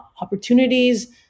opportunities